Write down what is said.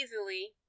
easily